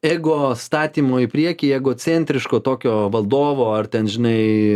ego statymo į priekį egocentriško tokio vadovo ar ten žinai